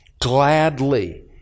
gladly